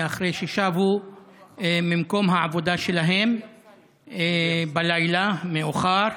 אחרי ששבו ממקום העבודה שלהם בלילה מאוחר.